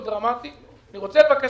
אני רוצה לדעת